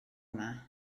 yma